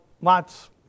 Lot's